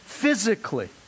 physically